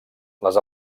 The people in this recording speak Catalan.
les